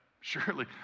surely